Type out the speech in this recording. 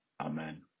Amen